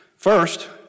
First